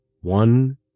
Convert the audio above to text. one